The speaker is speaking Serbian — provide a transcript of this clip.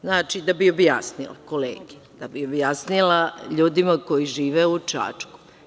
Znači, da bi objasnila, kolegi, da bi objasnila ljudima koji žive u Čačku.